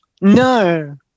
no